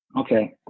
Okay